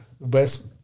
best